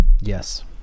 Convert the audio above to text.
yes